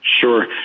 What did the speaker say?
Sure